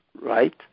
right